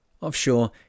Offshore